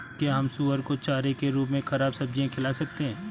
क्या हम सुअर को चारे के रूप में ख़राब सब्जियां खिला सकते हैं?